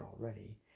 already